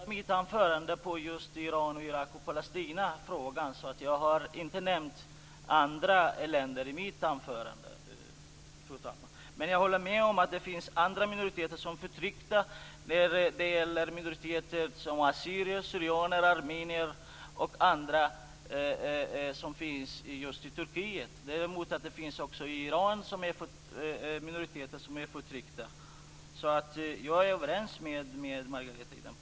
Fru talman! Jag koncentrerade mig i mitt anförande just på Iran och Palestinafrågan, och jag nämnde inga andra länder i mitt anförande. Men jag håller med om att det finns andra minoriteter som är förtryckta. Det gäller assyrier, syrianer, armenier och andra minoriteter som finns i Turkiet. Det finns också minoriteter i Iran som är förtryckta. Så jag är överens med Margareta Viklund på den punkten.